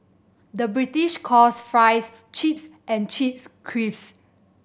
the British calls fries chips and chips crisps